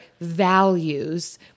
values